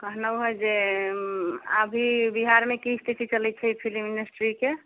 कहलहुँ हँ जे अभी बिहारमे की स्थिति चलैत छै फिलिम इण्डस्ट्रीके